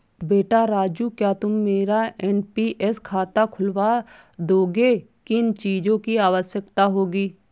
बेटा राजू क्या तुम मेरा एन.पी.एस खाता खुलवा दोगे, किन चीजों की आवश्यकता होगी?